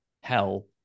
hell